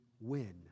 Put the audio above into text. win